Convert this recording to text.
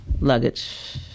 luggage